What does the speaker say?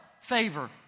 favor